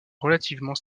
relativement